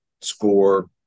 Score